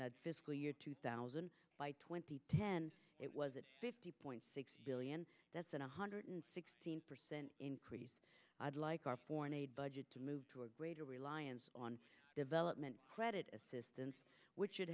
fiscal year two thousand by twenty ten it was at fifty point six billion that's an one hundred sixteen percent increase i'd like our foreign aid budget to move to a greater reliance on development credit assistance which would